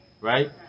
right